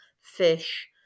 fish